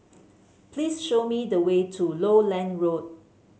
please show me the way to Lowland Road